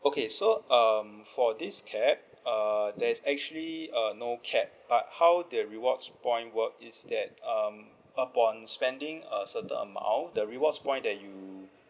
okay so um for this cap uh there's actually uh no cap but how the rewards point work is that um upon spending a certain amount the rewards point that you